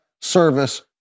service